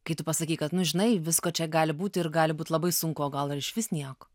kai tu pasakei kad nu žinai visko čia gali būti ir gali būt labai sunku o gal ir išvis nieko